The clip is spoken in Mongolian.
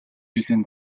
жилийн